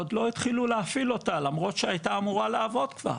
עוד לא התחילו להפעיל אותה למרות שהיא הייתה אמורה לעבוד כבר.